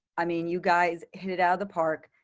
i mean, you guys hit it out of the park.